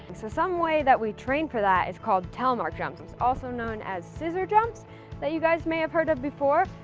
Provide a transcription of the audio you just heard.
so some way that we train for that is called telmark jumps, that's also known as scissor jumps that you guys may have heard of before.